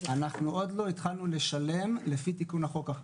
אנחנו עוד לא התחלנו לשלם לפי תיקון החוק.